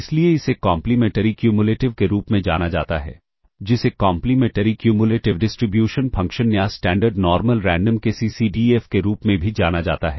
इसलिए इसे complementary cumulative के रूप में जाना जाता है जिसे कॉम्प्लीमेंटरी क्युमुलेटिव डिस्ट्रीब्यूशन फंक्शन या स्टैण्डर्ड नॉर्मल रैंडम के C C D F के रूप में भी जाना जाता है